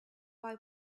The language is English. why